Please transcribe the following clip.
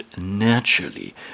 naturally